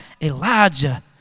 Elijah